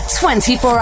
24